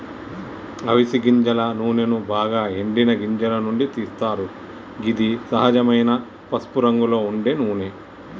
అవిస గింజల నూనెను బాగ ఎండిన గింజల నుండి తీస్తరు గిది సహజమైన పసుపురంగులో ఉండే నూనె